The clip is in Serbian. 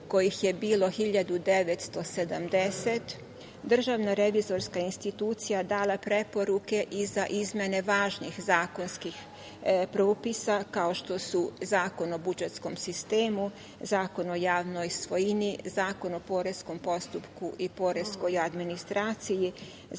kojih je bilo 1.970 DRI dala preporuke i za izmene važnih zakonskih propisa kao što su Zakon o budžetskom sistemu, Zakon o javnoj svojini, Zakon o poreskom postupku i poreskoj administraciji, Zakon